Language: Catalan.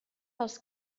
els